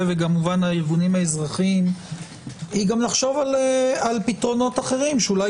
וכמובן הארגונים האזרחיים הוא גם לחשוב על פתרונות אחרים שאולי